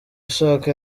chaka